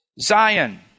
Zion